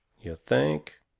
you think!